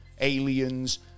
aliens